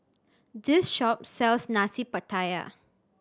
this shop sells Nasi Pattaya